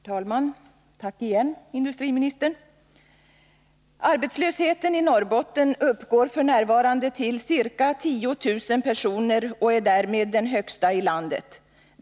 Herr talman! Tack igen, herr industriminister! ”Arbetslösheten i Norrbotten uppgår för närvarande till ca 10000 personer och är därmed den högsta i landet.